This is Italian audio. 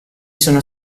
sono